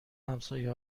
همسایه